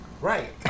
Right